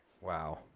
Wow